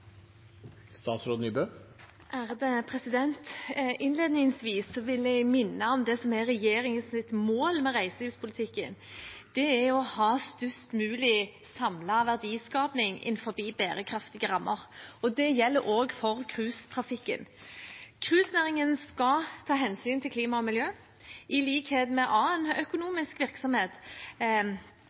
mål med reiselivspolitikken. Det er å ha størst mulig samlet verdiskaping innenfor bærekraftige rammer, og det gjelder også for cruisetrafikken. Cruisenæringen skal ta hensyn til klima og miljø, i likhet med annen økonomisk virksomhet,